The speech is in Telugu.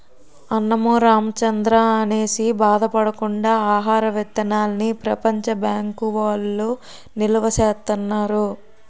అన్నమో రామచంద్రా అనేసి బాధ పడకుండా ఆహార విత్తనాల్ని ప్రపంచ బ్యాంకు వౌళ్ళు నిలవా సేత్తన్నారు